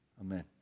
Amen